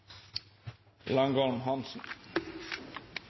Langholm